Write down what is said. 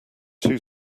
two